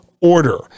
Order